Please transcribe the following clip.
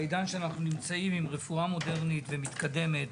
בעידן שאנחנו נמצאים עם רפואה מודרנית ומתקדמת,